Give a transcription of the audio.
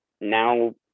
now